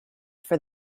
for